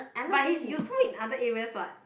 he's useful in other areas what